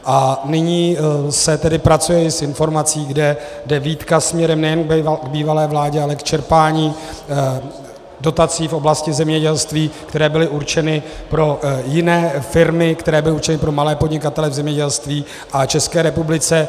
A nyní se tedy pracuje i s informací, kde jde výtka směrem nejen k bývalé vládě, ale k čerpání dotací v oblasti zemědělství, které byly určeny pro jiné firmy, které byly určeny pro malé podnikatele v zemědělství a České republice.